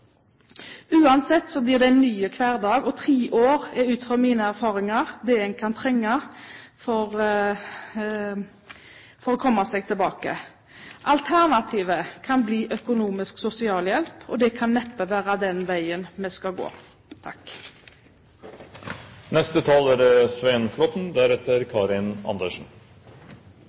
Uansett blir det en ny hverdag. Tre år er, ut fra mine erfaringer, det en kan trenge for å komme tilbake. Alternativet kan bli økonomisk sosialhjelp. Det kan neppe være den veien vi skal gå. Representanten Karin Andersen